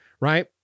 right